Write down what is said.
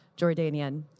Jordanian